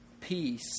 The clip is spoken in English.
peace